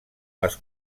les